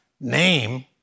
name